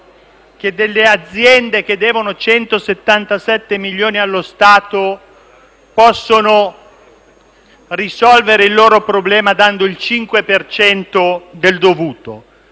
che delle aziende che devono 177 milioni allo Stato possono risolvere il loro problema versando il 5 per cento